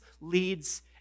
leads